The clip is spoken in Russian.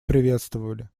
приветствовали